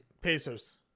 pacers